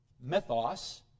mythos